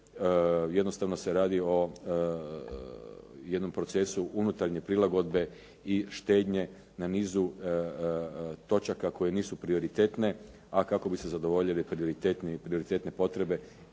Jednostavno se radi o jednom procesu unutarnje prilagodbe i štednje na nizu točaka koje nisu prioritetne, a kako bi se zadovoljile prioritetne potrebe